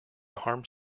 harms